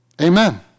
Amen